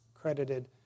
credited